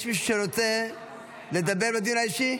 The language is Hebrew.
יש מישהו שרוצה לדבר בדיון האישי?